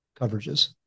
coverages